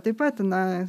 taip pat na